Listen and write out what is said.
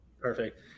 Perfect